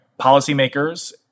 policymakers